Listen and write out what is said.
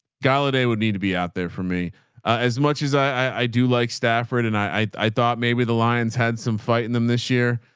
gala day would need to be out there for me as much as i do like stafford and i, i thought maybe the lions had some fight in them this year.